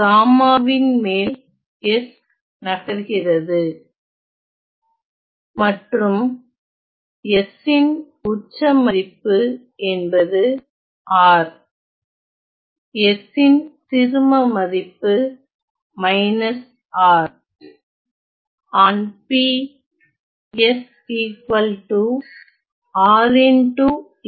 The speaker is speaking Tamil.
காமாவின் மேல் s நகர்கிறது மற்றும் s ன் உச்ச மதிப்பு என்பது R s ன் சிறும மதிப்பு R